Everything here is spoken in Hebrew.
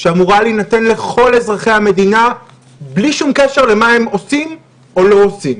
שאמורה להינתן לכל אזרחי המדינה בלי שום קשר למה הם עושים או לא עושים.